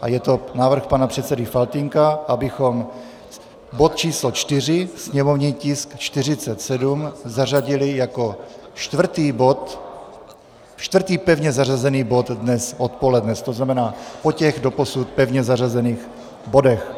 a je to návrh pana předsedy Faltýnka, abychom bod číslo 4, sněmovní tisk 47, zařadili jako čtvrtý pevně zařazený bod dnes odpoledne, tzn. po těch doposud pevně zařazených bodech.